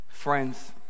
Friends